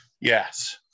Yes